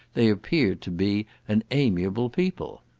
they appeared to be an amiable people.